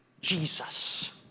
Jesus